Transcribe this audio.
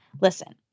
Listen